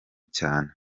cyane